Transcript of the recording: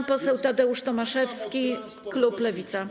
Pan poseł Tadeusz Tomaszewski, klub Lewica.